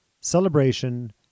celebration